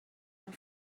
are